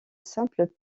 simple